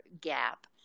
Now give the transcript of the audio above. gap